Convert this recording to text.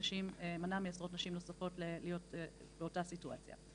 ומנע מעשרות נשים נוספות להיות באותה סיטואציה.